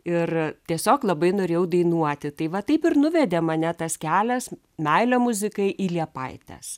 ir tiesiog labai norėjau dainuoti tai va taip ir nuvedė mane tas kelias meilė muzikai į liepaites